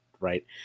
Right